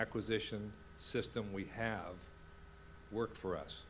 acquisition system we have worked for us